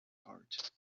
heart